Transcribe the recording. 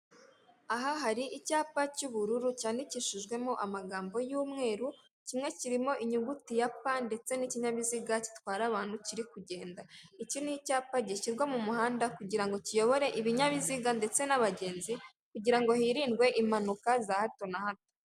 Aha hari icyapa cy'ubururu cyandikishijwemo amagambo y'umweru, kimwe kirimo inyuguti ya P ndetse n'ikinyabiziga gitwara abantu kirikugenda, iki ni icyapa gishyirwa mu muhanda kugira ngo kiyobore ikinyabiziga ndetse n'abagenzi kugira ngo hirindwe impanuka za hato na hato.